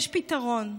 יש פתרון,